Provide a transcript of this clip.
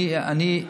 אני, אני,